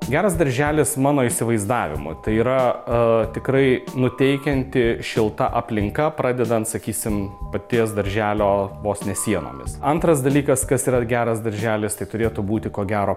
geras darželis mano įsivaizdavimu tai yra a tikrai nuteikianti šilta aplinka pradedant sakysim paties darželio vos ne sienomis antras dalykas kas yra geras darželis tai turėtų būti ko gero